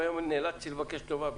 והיום נאלצתי לבקש טובה בשבילכם.